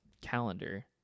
calendar